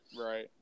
Right